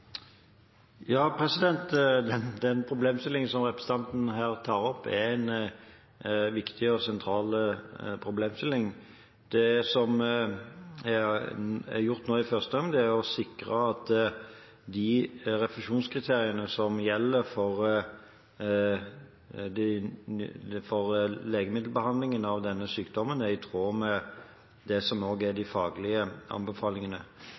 Den problemstillingen som representanten her tar opp, er en viktig og sentral problemstilling. Det som er gjort nå i første omgang, er å sikre at de refusjonskriteriene som gjelder for legemiddelbehandling av denne sykdommen, er i tråd med de faglige anbefalingene. Så jobber Folkehelseinstituttet med en strategi som